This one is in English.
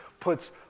puts